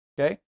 Okay